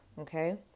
Okay